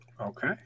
Okay